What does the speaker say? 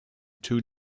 two